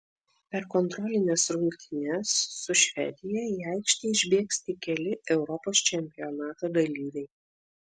per kontrolines rungtynes su švedija į aikštę išbėgs tik keli europos čempionato dalyviai